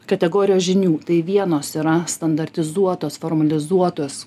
kategorijos žinių tai vienos yra standartizuotos formalizuotos